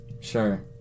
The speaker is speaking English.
Sure